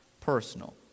personal